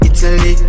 Italy